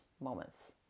moments